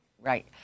Right